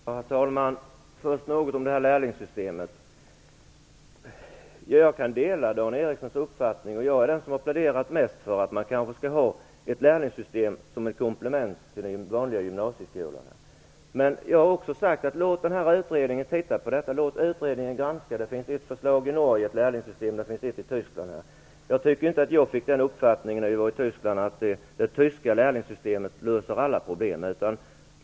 Herr talman! Låt mig först säga något om lärlingssystemet. Jag kan dela Dan Ericssons uppfattning. Jag är den som har pläderat mest för att vi kanske skall ha ett lärlingssystem som ett komplement till den vanliga gymnasieskolan. Men jag har också sagt att vi skall låta den här utredningen titta på detta. Låt utredningen granska detta! Det finns ett förslag till lärlingssystem i Norge och ett i Tyskland. Jag fick inte den uppfattningen när vi var i Tyskland att det tyska lärlingssystemet löser alla problem.